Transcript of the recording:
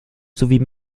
sowie